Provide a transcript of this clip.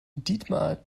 dietmar